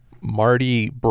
Marty